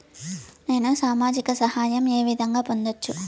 నేను సామాజిక సహాయం వే విధంగా పొందొచ్చు?